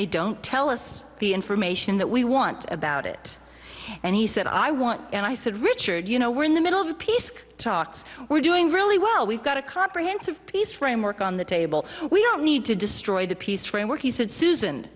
they don't tell us the information that we want about it and he said i want and i said richard you know we're in the middle of the peace talks we're doing really well we've got a comprehensive peace framework on the table we don't need to destroy the peace framework he said susan